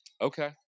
Okay